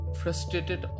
frustrated